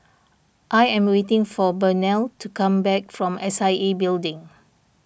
I am waiting for Burnell to come back from S I A Building